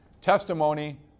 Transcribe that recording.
testimony